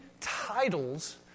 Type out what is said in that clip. titles